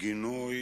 בגינוי